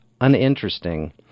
uninteresting